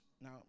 Now